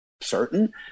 certain